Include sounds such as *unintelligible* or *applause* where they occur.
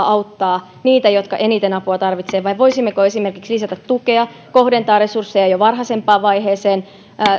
*unintelligible* auttaa niitä jotka eniten apua tarvitsevat vai voisimmeko esimerkiksi lisätä tukea kohdentaa resursseja jo varhaisempaan vaiheeseen